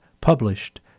published